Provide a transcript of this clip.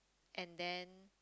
and then